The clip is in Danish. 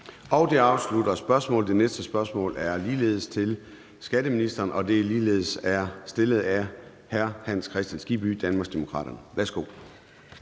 Det afslutter spørgsmålet. Det næste spørgsmål er ligeledes til skatteministeren og er ligeledes stillet af hr. Hans Kristian Skibby, Danmarksdemokraterne. Kl.